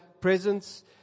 presence